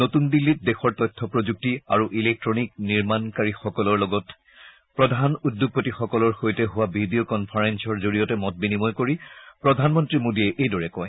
নতুন দিল্লীত দেশৰ তথ্য প্ৰযুক্তি আৰু ইলেকট্টনিক নিৰ্মাণকাৰীসকলৰ লগতে প্ৰধান উদ্যোগপতিসকলৰ সৈতে হোৱা ভিডিঅ' কনফাৰেন্সৰ জৰিয়তে মত বিনিময় কৰি প্ৰধানমন্ত্ৰী শ্ৰীমোদীয়ে এইদৰে কয়